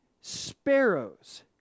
sparrows